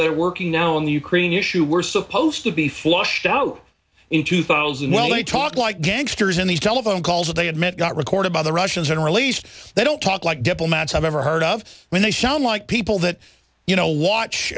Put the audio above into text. that are working now in the ukraine issue were supposed to be flushed out in two thousand well they talk like gangsters in these telephone calls that they had met got recorded by the russians and released they don't talk like diplomats i've ever heard of when they sound like people that you know watch